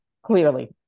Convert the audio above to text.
Clearly